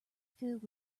filled